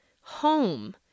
home